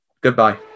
goodbye